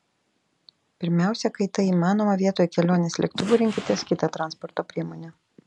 pirmiausia kai tai įmanoma vietoj kelionės lėktuvu rinkitės kitą transporto priemonę